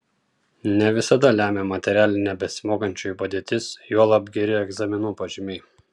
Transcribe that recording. ne visada lemia materialinė besimokančiųjų padėtis juolab geri egzaminų pažymiai